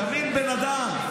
תבין בן אדם.